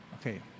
Okay